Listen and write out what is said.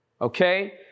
okay